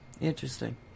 interesting